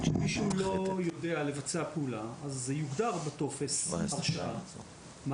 כשמישהו לא יודע לבצע פעולה יוגדר בטופס ההרשאה מה